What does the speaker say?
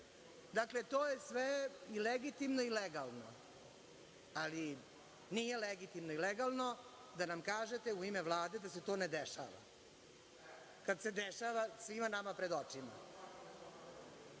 zgodno. Dakle, to je sve i legitimno i legalno, ali nije legitimno i legalno da nam kažete u ime Vlade da se to ne dešava, kada se dešava svima nama pred